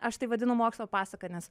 aš tai vadinu mokslo pasaka nes